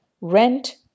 Rent